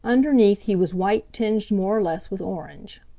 underneath he was white tinged more or less with orange.